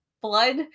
blood